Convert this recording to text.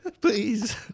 please